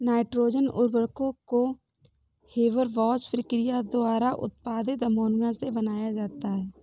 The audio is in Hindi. नाइट्रोजन उर्वरकों को हेबरबॉश प्रक्रिया द्वारा उत्पादित अमोनिया से बनाया जाता है